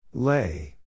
Lay